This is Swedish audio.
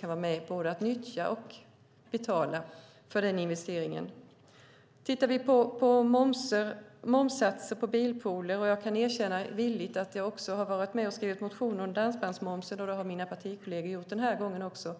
kan vara med och nyttja den investeringen och även betala för den. Jag kan villigt erkänna att jag också har varit med och skrivit motioner om dansbandsmomsen, och det har mina partikolleger gjort den här gången också.